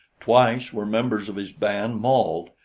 twice were members of his band mauled,